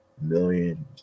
million